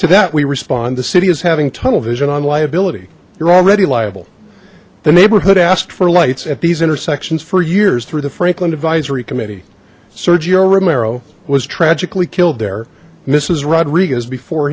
to that we respond the city is having tunnel vision on liability you're already liable the neighborhood asked for lights at these intersections for years through the frankland advisory committee sergio romero was tragically killed there misess rodriguez before